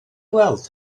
weld